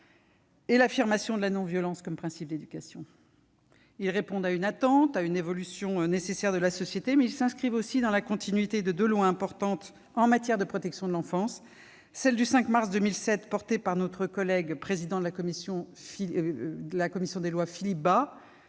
-et l'affirmation de la non-violence comme principe d'éducation. Ces textes répondent à une attente et à une évolution nécessaire de la société. Ils s'inscrivent aussi dans la continuité de deux lois importantes en matière de protection de l'enfance : celle du 5 mars 2007, portée par notre président de la commission des lois, Philippe Bas-